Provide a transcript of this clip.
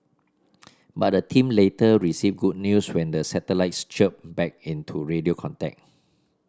but the team later received good news when the satellites chirped back into radio contact